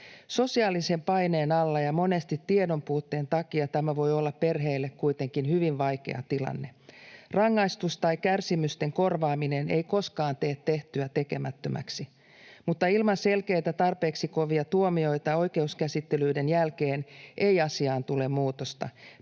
Sosiaalisen paineen alla ja monesti tiedonpuutteen takia tämä voi olla perheille kuitenkin hyvin vaikea tilanne. Rangaistus tai kärsimysten korvaaminen ei koskaan tee tehtyä tekemättömäksi, mutta ilman selkeitä, tarpeeksi kovia tuomioita oikeuskäsittelyiden jälkeen ei asiaan tule muutosta.